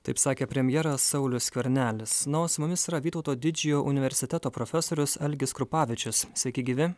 taip sakė premjeras saulius skvernelis na o su mumis yra vytauto didžiojo universiteto profesorius algis krupavičius sveiki gyvi